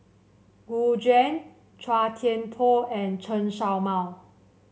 Gu Juan Chua Thian Poh and Chen Show Mao